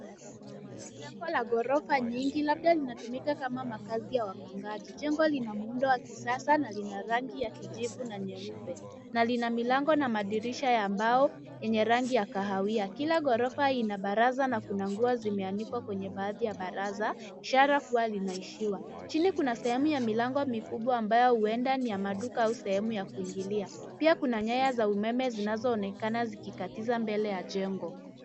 Jengo la ghorofa nyingi labda linatumika kama makazi ya wapangaji. Jengo lina muundo wa kisasa na lina rangi ya kijivu na nyeupe na lina milango na madirisha ya mbao yenye rangi ya kahawia. Kila ghorofa lina barza na kuna nguo zimeanikwa kwa baadhi ya baraza ishara kuwa linaishiwa. Chini kuna sehemu ya milango mikubwa ambayo huenda ni ya maduka au sehemu ya kuingilia. Pia kuna nyaya za umeme zinazoonekana zikikztiza mbele ya jengo.